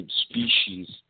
species